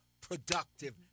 productive